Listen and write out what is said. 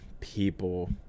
people